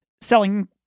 selling